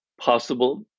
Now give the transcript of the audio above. possible